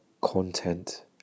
Content